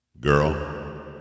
Girl